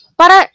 para